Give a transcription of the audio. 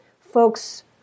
folks